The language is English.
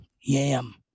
yam